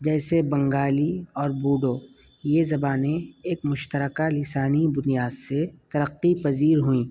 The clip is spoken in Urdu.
جیسے بنگالی اور بوڈو یہ زبانیں ایک مشترکہ لسانی بنیاد سے ترقی پذیر ہوئیں